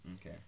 Okay